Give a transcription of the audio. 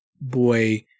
boy